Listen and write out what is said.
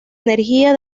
energía